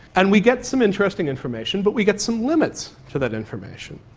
and we get some interesting information but we get some limits to that information.